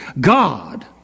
God